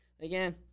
again